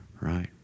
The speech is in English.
right